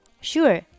Sure